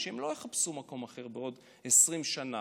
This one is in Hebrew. לא יחפשו מקום אחר בעוד 20 שנה.